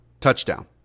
touchdown